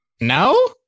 No